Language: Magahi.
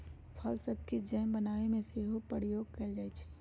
फल सभके जैम बनाबे में सेहो प्रयोग कएल जाइ छइ